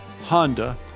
Honda